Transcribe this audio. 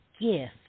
gift